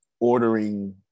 ordering